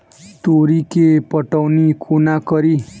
तोरी केँ पटौनी कोना कड़ी?